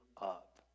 up